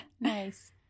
nice